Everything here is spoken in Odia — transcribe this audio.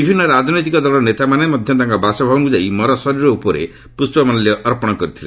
ବିଭିନ୍ନ ରାଜନୈତିକ ଦଳର ନେତାମାନେ ମଧ୍ୟ ତାଙ୍କ ବାସଭବନକୁ ଯାଇ ମରଶରୀର ଉପରେ ପ୍ରଷ୍ପମାଲ୍ୟ ଅର୍ପଣ କରିଥିଲେ